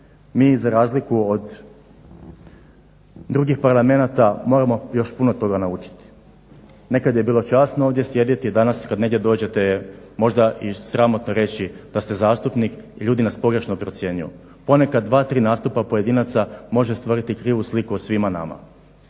Mi za razliku od drugih parlamenata moramo još puno toga naučiti. Nekad je bilo časno ovdje sjediti, danas kad negdje dođete možda i sramotno reći da ste zastupnik, ljudi nas pogrešno procjenjuju. Ponekad dva, tri nastupa pojedinaca može stvoriti krivu sliku o svima nama.